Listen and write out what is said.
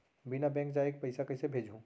बिना बैंक जाये पइसा कइसे भेजहूँ?